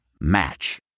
match